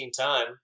time